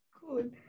cool